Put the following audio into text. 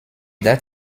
that